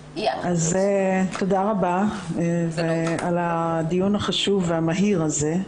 תודה רבה על הדיון החשוב והמהיר הזה.